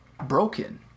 broken